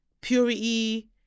purity